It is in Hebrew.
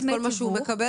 את כל מה שהוא מקבל?